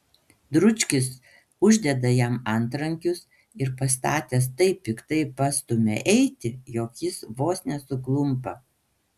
dručkis uždeda jam antrankius ir pastatęs taip piktai pastumia eiti jog jis vos nesuklumpa